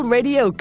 Radio